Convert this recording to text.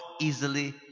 easily